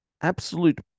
Absolute